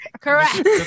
Correct